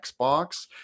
Xbox